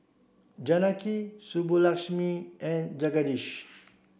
Janaki Subbulakshmi and Jagadish